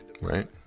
right